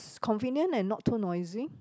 convenient and not too noisy